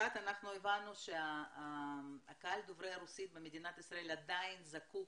אחת, אנחנו הבנו שהקהל דובר הרוסית עדיין זקוק